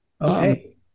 Okay